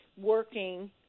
working